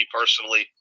personally